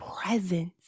presence